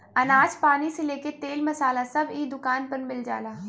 अनाज पानी से लेके तेल मसाला सब इ दुकान पर मिल जाला